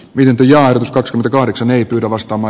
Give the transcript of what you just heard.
vienti ja uskot rkahdeksan ei pyydä vastaava